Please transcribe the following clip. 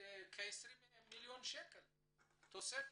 20 מיליון שקל תוספת?